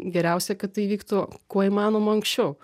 geriausia kad tai vyktų kuo įmanoma anksčiau